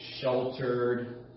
sheltered